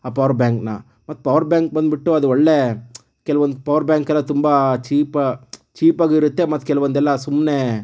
ಆ ಪವರ್ಬ್ಯಾಂಕನ್ನು ಮತ್ತು ಪವರ್ಬ್ಯಾಂಕ್ ಬಂದ್ಬಿಟ್ಟು ಅದು ಒಳ್ಳೆ ಕೆಲವೊಂದು ಪವರ್ಬ್ಯಾಂಕೆಲ್ಲ ತುಂಬ ಚೀಪ್ ಚೀಪಾಗಿರುತ್ತೆ ಮತ್ತು ಕೆಲವೊಂದೆಲ್ಲ ಸುಮ್ಮನೆ